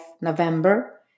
November